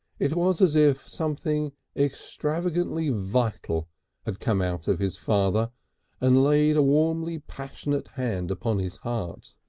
it was as if something extravagantly vital had come out of his father and laid a warmly passionate hand upon his heart.